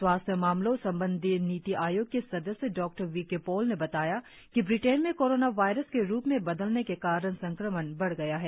स्वास्थ्य मामलों संबंधी नीति आयोग के सदस्य डॉ वी के पॉल ने बताया कि ब्रिटेन में कोरोना वायरस के रूप बदलने के कारण संक्रमण बढ गया है